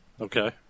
Okay